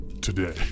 today